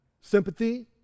sympathy